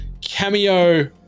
cameo